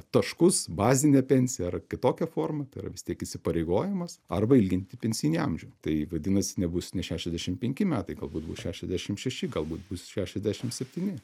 taškus bazinę pensiją ar kitokia forma tai yra vis tiek įsipareigojimas arba ilginti pensinį amžių tai vadinasi nebus ne šešiasdešim penki metai galbūt bus šešiasdešim šeši galbūt bus šešiasdešim septyni